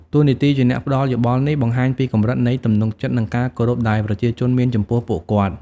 តួនាទីជាអ្នកផ្ដល់យោបល់នេះ បង្ហាញពីកម្រិតនៃទំនុកចិត្ត និងការគោរពដែលប្រជាជនមានចំពោះពួកគាត់។